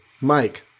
Mike